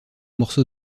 morceau